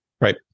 Right